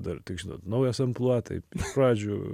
dar žinot naujas amplua tai pradžių